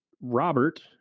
Robert